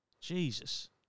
Jesus